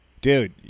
dude